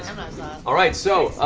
all right, so,